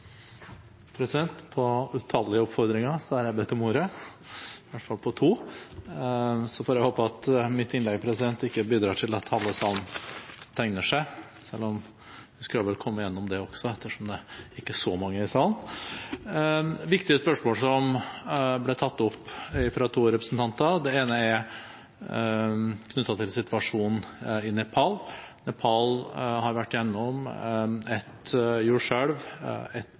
På utallige oppfordringer har jeg bedt om ordet – i hvert fall på to – så får jeg håpe at mitt innlegg ikke bidrar til at halve salen tegner seg på talerlisten, selv om vi nok skulle kommet gjennom det også ettersom det ikke er så mange i salen. Det er viktige spørsmål som blir tatt opp fra to representanter. Det ene er knyttet til situasjonen i Nepal. Nepal har vært igjennom et